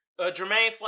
Jermaine